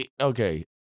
Okay